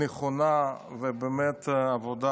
נכונה ומקצועית באמת,